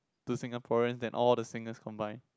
to Singaporeans than all the singers combined